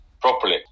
properly